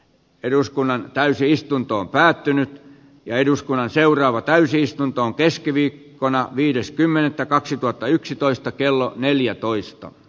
eduskunnan täysistuntoon päätynyt ja eduskunnan seuraava täysistuntoon keskiviikkona viides kymmenettä kaksituhattayksitoista kello sisällöstä